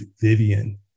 Vivian